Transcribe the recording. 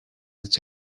its